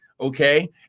Okay